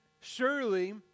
surely